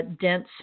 dense